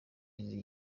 izi